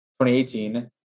2018